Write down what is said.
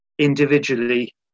Individually